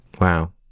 Wow